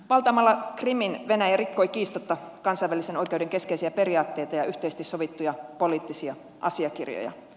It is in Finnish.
valtaamalla krimin venäjä rikkoi kiistatta kansainvälisen oikeuden keskeisiä periaatteita ja yhteisesti sovittuja poliittisia asiakirjoja